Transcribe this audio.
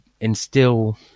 instill